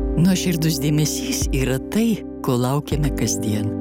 nuoširdus dėmesys yra tai ko laukiame kasdien